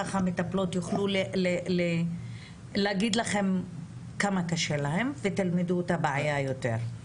כך המטפלות יוכלו להגיד לכם כמה קשה להן ותלמדו את הבעיה יותר.